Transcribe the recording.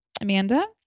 Amanda